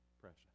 precious